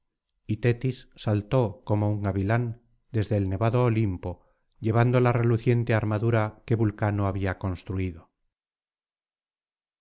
y tetis saltó como un gavilán desde el nevado olimpo llevando la reluciente armadura que vulcano había construido